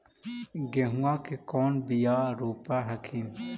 गेहूं के कौन बियाह रोप हखिन?